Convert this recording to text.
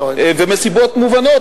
ומסיבות מובנות.